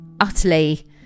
utterly